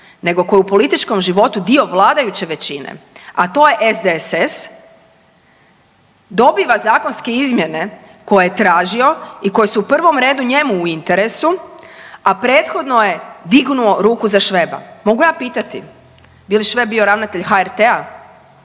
nego tko je u političkom životu dio vladajuće većine, a to je SDSS, dobiva zakonske izmjene koje je tražio i koje su u prvom redu njemu u interesu, a prethodno je dignuo ruku za Šveba. Mogu ja pitati bi li Šveb bio ravnatelj HRT-a